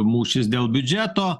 mūšis dėl biudžeto